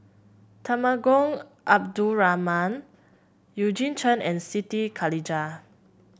Temenggong Abdul Rahman Eugene Chen and Siti Khalijah